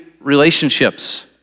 relationships